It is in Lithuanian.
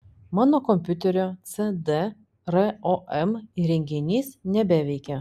mano kompiuterio cd rom įrenginys nebeveikia